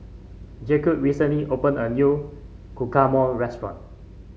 Jacque recently opened a new Guacamole restaurant